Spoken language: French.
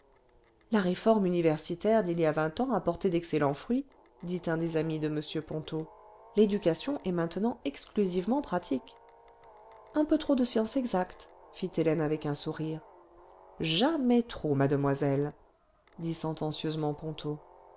la réforme universitaire d'il y a vingt airs a porté d'excellents fruitsj dit un des amis de m ponto l'éducation est maintenant exclusivement pratique un peu trop de sciences exactes fit hélène avec un sourire jamais trop mademoiselle dit sentencieusement ponto